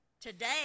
today